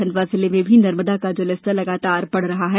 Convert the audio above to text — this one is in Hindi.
खंडवा जिले में भी नर्मदा का जलस्तर लगातार बढ़ रहा है